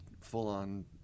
full-on